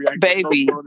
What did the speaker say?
Baby